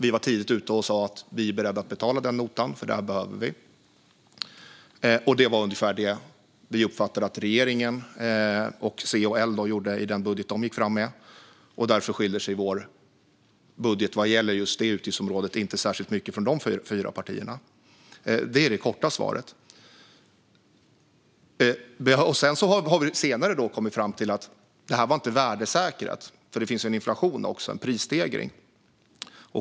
Vi var tidigt ute och sa: Vi är beredda att betala notan, för det här behöver vi. Det var ungefär det som vi uppfattade att regeringen, C och L var beredda att göra med den budget de gick fram med. Därför skiljer sig inte vår budget på just detta utgiftsområde särskilt mycket från de fyra partiernas. Det är det korta svaret. Senare har vi kommit fram till att den inte var värdesäkrad, för det finns ju en inflation, en prisstegring.